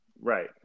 Right